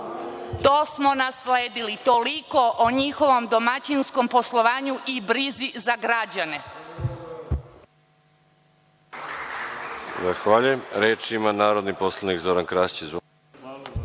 To smo nasledili. Toliko o njihovom domaćinskom poslovanju i brizi za građane.